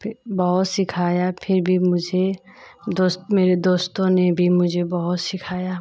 फिर बहुत सिखाया फिर भी मुझे दोस्त मेरे दोस्तों ने भी मुझे बहुत सिखाया